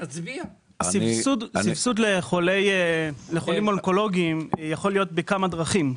סבסוד לחולים אונקולוגים יכול להיות בכמה דרכים,